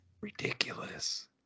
Ridiculous